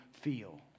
feel